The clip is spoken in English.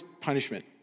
punishment